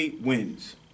wins